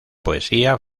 poesía